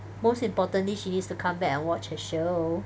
most importantly she needs to come back and watch her show